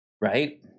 Right